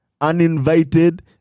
uninvited